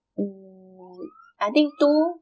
mm I think two